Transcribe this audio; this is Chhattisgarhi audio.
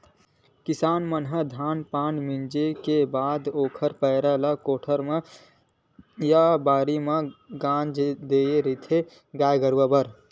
किसान मन ह धान पान ल मिंजे के बाद ओखर पेरा ल कोठारे म या बाड़ी लाके के गांज देय रहिथे गाय गरुवा बर